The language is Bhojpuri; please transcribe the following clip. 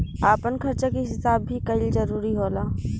आपन खर्चा के हिसाब भी कईल जरूरी होला